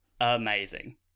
amazing